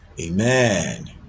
amen